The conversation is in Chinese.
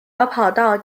跑道